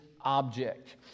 object